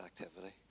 activity